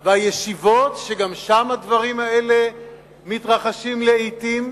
הישיבות, שגם שם הדברים האלה מתרחשים לעתים.